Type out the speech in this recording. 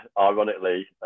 ironically